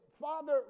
father